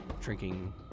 drinking